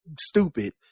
stupid